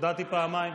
הודעתי פעמיים.